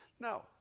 No